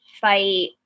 fight